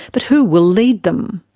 but who will lead them?